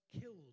killed